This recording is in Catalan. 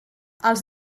els